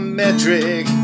metric